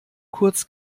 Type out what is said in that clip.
kurz